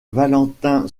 valentin